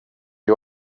you